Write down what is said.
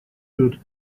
could